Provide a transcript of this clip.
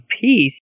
peace